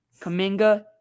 Kaminga